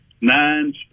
nine